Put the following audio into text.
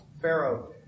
pharaoh